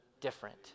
different